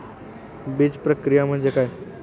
बीजप्रक्रिया म्हणजे काय?